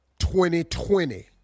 2020